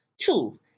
Two